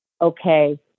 okay